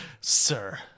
sir